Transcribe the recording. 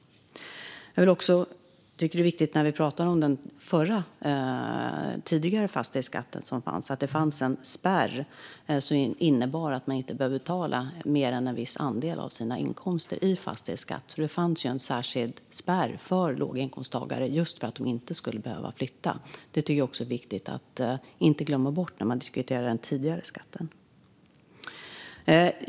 När vi pratar om den fastighetsskatt som fanns tidigare är det viktigt att säga att det fanns en spärr som innebar att man inte behövde betala mer än en viss andel av sina inkomster i fastighetsskatt. Det fanns alltså en särskild spärr just för att låginkomsttagare inte skulle behöva flytta. Det är viktigt att inte glömma bort detta när man diskuterar den tidigare skatten.